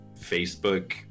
Facebook